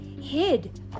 hid